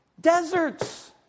Deserts